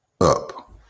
up